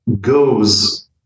goes